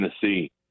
Tennessee